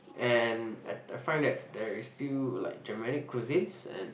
and I I find that there is still like Germanic cuisines and